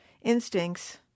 instincts